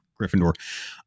gryffindor